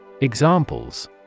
Examples